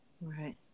Right